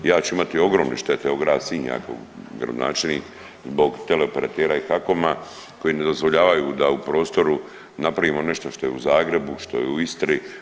Ja ću imati ogromne štete, evo grad Sinj ja kao gradonačelnik zbog teleoperatera i HAKOM-a koji ne dozvoljavaju da u prostoru napravimo nešto što je u Zagrebu, što je u Istri.